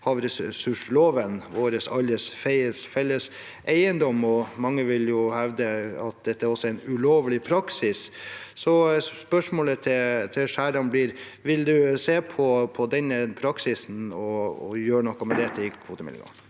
havressursloven, vår alles, felles eiendom, og mange vil hevde at dette er en ulovlig praksis. Så spørsmålet til Skjæran blir: Vil han se på denne praksisen og gjøre noe med det i kvotemeldingen?